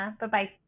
Bye-bye